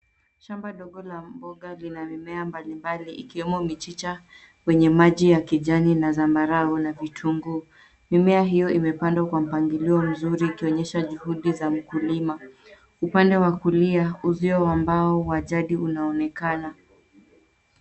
Shamba ndogo la mboga lina mimea mbalimbali ikiwemo michicha kwenye maji ya kijani na zambarau na vitunguu. Mimea hiyo imepandwa kwa mpangilio mzuri ikionyesha juhudi za mkulima .Upande wa kulia uzio wa mbao wa jadi unaonekana.